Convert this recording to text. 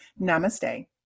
Namaste